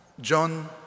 John